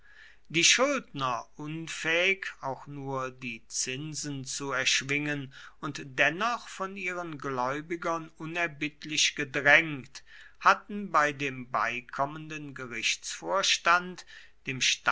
die schuldner unfähig auch nur die zinsen zu erschwingen und dennoch von ihren gläubigern unerbittlich gedrängt hatten bei dem beikommenden gerichtsvorstand dem